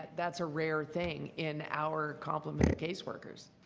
that's a rare thing in our complement of caseworkers.